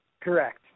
Correct